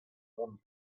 mont